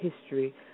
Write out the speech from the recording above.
history